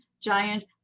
giant